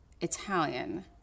Italian